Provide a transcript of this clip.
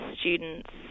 students